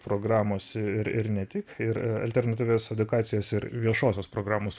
programos ir ir ir ne tik ir alternatyvias edukacijos ir viešosios programos